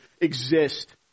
exist